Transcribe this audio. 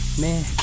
man